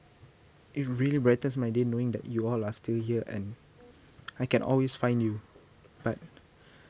it really brightens my day knowing that you all are still here and I can always find you but